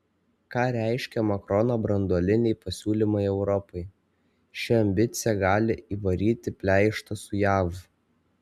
ką reiškia makrono branduoliniai pasiūlymai europai ši ambicija gali įvaryti pleištą su jav